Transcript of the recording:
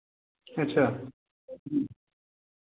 अच्छा